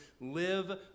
Live